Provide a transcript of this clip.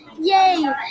Yay